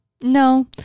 no